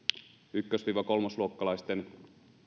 ykkös kolmosluokkalaisten